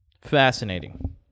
Fascinating